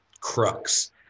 crux